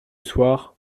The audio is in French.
soir